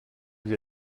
vous